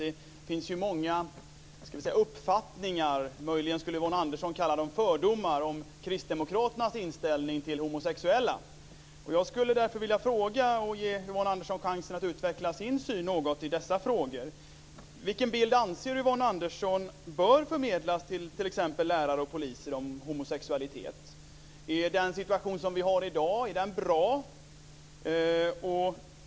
Det finns ju många uppfattningar - Yvonne Andersson skulle möjligen kalla dem fördomar - om kristdemokraternas inställning till homosexuella. Jag skulle därför vilja ställa en fråga till Yvonne Andersson och ge henne chansen att något utveckla sin syn i dessa frågor. Vilken bild anser Yvonne Andersson bör förmedlas till t.ex. lärare och poliser om homosexualitet? Är den situation som vi har i dag bra?